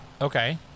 Okay